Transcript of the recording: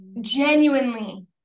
genuinely